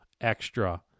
extra